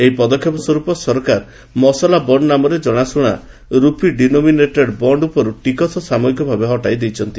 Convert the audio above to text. ଏହି ପଦକ୍ଷେପ ସ୍ୱରୂପ ସରକାର ମସଲାବଣ୍ଡ ନାମରେ ଜଣାଶୁଣା ରୂପି ଡିନୋମିନେଟେଡ୍ ବଣ୍ଡ ଉପରୁ ଟିକସ୍ ସାମୟିକଭାବେ ହଟାଇ ଦେଇଛନ୍ତି